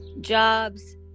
jobs